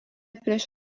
prieš